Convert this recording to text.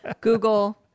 Google